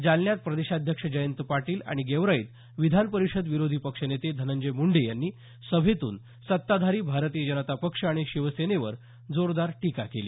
जालन्यात प्रदेशाध्यक्ष जयंत पाटील आणि गेवराईत विधान परिषदेचे विरोधी पक्षनेते धनंजय मुंडे यांनी सभेतून सत्ताधारी भारतीय जनता पक्ष आणि शिवसेनेवर जोरदार टीका केली